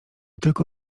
tylko